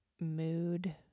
mood